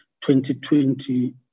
2020